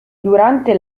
durante